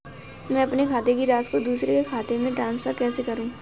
अपने खाते की राशि को दूसरे के खाते में ट्रांसफर कैसे करूँ?